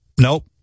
Nope